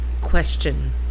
question